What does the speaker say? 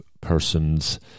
person's